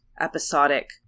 episodic